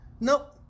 Nope